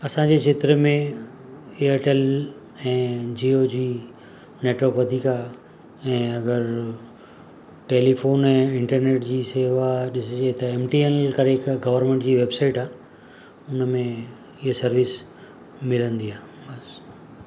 असांजे खेत्र में एयरटेल ऐं जियो जी नैटवर्क वधीक आहे ऐं अगरि टैलीफोन ऐं इंटरनैट जी शेवा ॾिसिजे त ऐम टी ऐन ऐल करे हिकु गॉरमैंट जी वैबसाइट आहे हुन में इहे सर्विस मिलंदी आहे बस